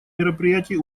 мероприятий